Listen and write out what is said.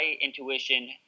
intuition